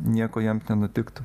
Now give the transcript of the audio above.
nieko jiem nenutiktų